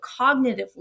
cognitively